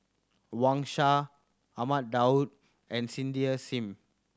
Wang Sha Ahmad Daud and Cindy Sim